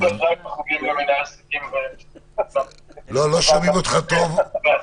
לא שומעים אותך היטב.